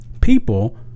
People